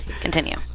Continue